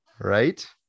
right